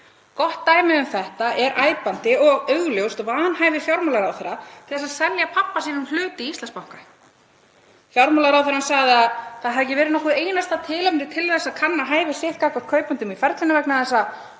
Gott dæmi um þetta er æpandi og augljóst vanhæfi fjármálaráðherra til þess að selja pabba sínum hlut í Íslandsbanka. Fjármálaráðherrann sagði að það hefði ekki verið nokkurt einasta tilefni til að kanna hæfi sitt gagnvart kaupendum í ferlinu vegna þess að